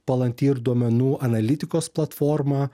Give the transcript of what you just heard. palanki ir duomenų analitikos platforma